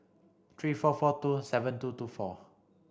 three four four two seven two two four